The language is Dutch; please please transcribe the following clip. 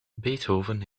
beethoven